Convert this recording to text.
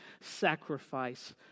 sacrifice